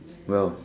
well